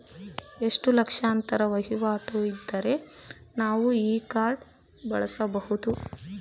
ಎಷ್ಟು ಲಕ್ಷಾಂತರ ವಹಿವಾಟು ಇದ್ದರೆ ನಾವು ಈ ಕಾರ್ಡ್ ಮಾಡಿಸಬಹುದು?